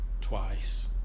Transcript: twice